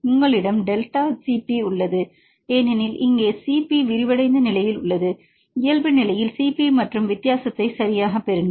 உங்களிடம் delta Cp உள்ளது ஏனெனில் இங்கே Cp விரிவடைந்த நிலையில் உள்ளது இயல்பு நிலையில் Cp மற்றும் வித்தியாசத்தை சரியாகப் பெறுங்கள்